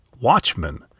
Watchmen